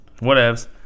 whatevs